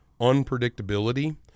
unpredictability